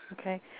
Okay